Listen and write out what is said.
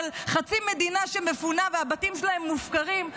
של חצי מדינה שמפונה והבתים בהם מופקרים.